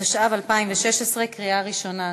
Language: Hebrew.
התשע"ו 2016, קריאה ראשונה,